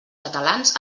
catalans